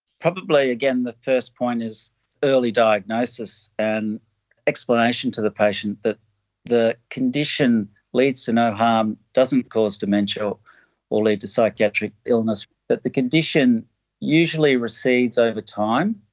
probably again the first point is early diagnosis and explanation to the patient that the condition leads to no harm, doesn't cause dementia or lead to psychiatric illness, but the condition usually recedes over time.